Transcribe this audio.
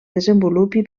desenvolupi